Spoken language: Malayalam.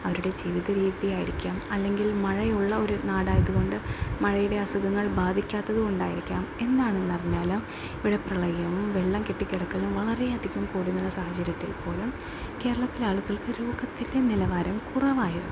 അവരുടെ ജീവിത രീതിയായിരിക്കാം അല്ലെങ്കിൽ മഴയുള്ള ഒരു നാടായത് കൊണ്ട് മഴയുടെ അസുഖങ്ങൾ ബാധിക്കാത്തത് കൊണ്ടായിരിക്കാം എന്താണെന്നറിയില്ല ഇവിടെ പ്രളയവും വെള്ളം കെട്ടി കിടക്കലും വളരെ അധികം കൂടുന്നൊരു സാഹചര്യത്തിൽ പോലും കേരളത്തിലെ ആളുകൾക്ക് രോഗത്തിൻ്റെ നിലവാരം കുറവായിരുന്നു